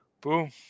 Boom